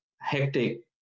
hectic